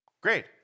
Great